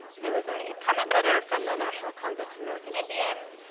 there was a comment letter from the national congress of american indians.